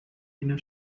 ina